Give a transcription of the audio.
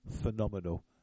phenomenal